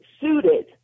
suited